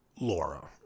Laura